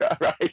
Right